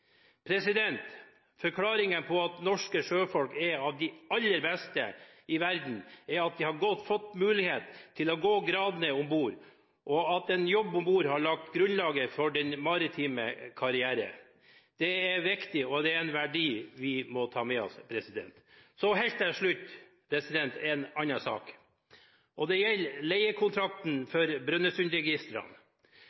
Forklaringen på at norske sjøfolk er blant de aller beste i verden, er at de har fått mulighet til å gå gradene om bord, og at en jobb om bord har lagt grunnlag for den maritime karriere. Det er viktig, og det er en verdi vi må ta med oss. Helt til slutt til en annen sak. Det gjelder leiekontrakten